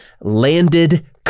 landed